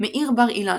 מאיר בר-אילן,